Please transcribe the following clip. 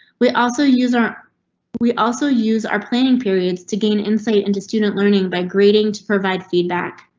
we also use are we also use our planning periods to gain insight into student learning by grading to provide feedback.